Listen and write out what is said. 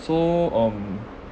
so um